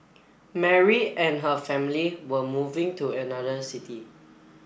Mary and her family were moving to another city